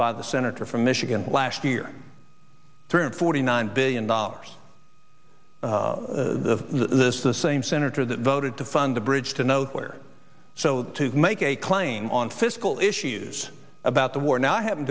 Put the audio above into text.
by the senator from michigan last year turned forty nine billion dollars this the same senator that voted to fund the bridge to nowhere so to make a claim on fiscal issues about the war now i happen